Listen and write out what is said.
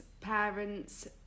parents